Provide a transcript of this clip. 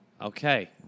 Okay